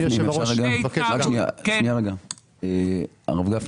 יש לי עוד שאלה למשה שגיא: